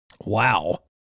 Wow